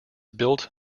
built